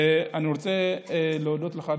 ואני רוצה להודות לך,